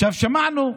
שמענו,